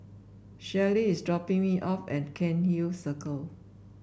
Shelly is dropping me off at Cairnhill Circle